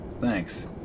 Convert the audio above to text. Thanks